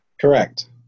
Correct